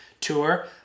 tour